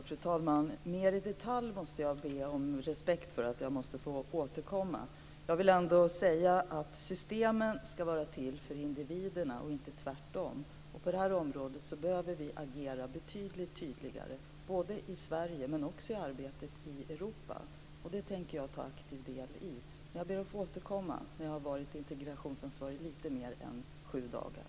Fru talman! Jag ber om respekt för att jag måste få återkomma mer i detalj. Jag vill ändå säga att systemen ska vara till för individerna och inte tvärtom. På det här området behöver vi agera betydligt tydligare i Sverige men också i arbetet i Europa, och det tänker jag ta aktiv del i. Men jag ber att få återkomma när jag har varit integrationsansvarig lite längre än i sju dagar.